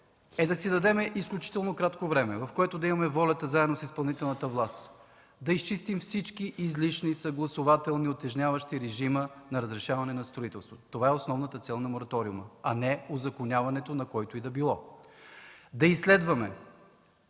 е да си дадем изключително кратко време, в което да имаме волята, заедно с изпълнителната власт, да изчистим всички излишни съгласувателни утежняващи режима за разрешение на строителство. Това е основната цел на мораториума, а не узаконяването на който и да било. Да изследваме